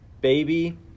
Baby